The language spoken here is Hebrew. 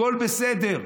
הכול בסדר.